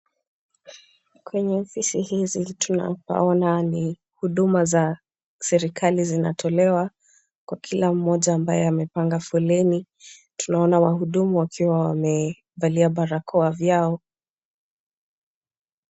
Kwenye ofisi hizi tunapaona ni huduma za serikali zinatolewa kwa kila mmoja ambaye amepanga foleni. Tunaona wahudumu wakiwa wamevalia barakoa vyao.